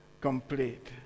complete